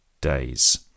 days